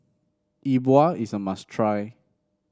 Yi Bua is a must try